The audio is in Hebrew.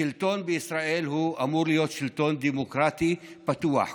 השלטון בישראל אמור להיות שלטון דמוקרטי פתוח.